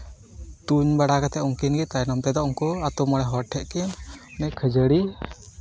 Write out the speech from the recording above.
ᱛᱩᱧ ᱵᱟᱲᱟ ᱠᱟᱛᱮᱫ ᱩᱱᱠᱤᱱ ᱜᱮ ᱛᱟᱭᱱᱚᱢ ᱛᱮᱫᱚ ᱩᱱᱠᱩ ᱟᱛᱳ ᱢᱚᱬᱮ ᱦᱚᱲ ᱴᱷᱮᱡ ᱠᱤᱱ ᱠᱷᱟᱹᱡᱟᱹᱲᱤ